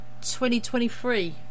2023